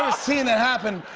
seen that happen.